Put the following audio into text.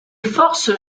forces